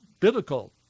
biblical